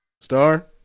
Star